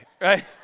right